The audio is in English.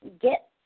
get